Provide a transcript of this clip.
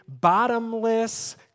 bottomless